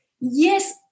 yes